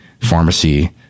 pharmacy